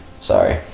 Sorry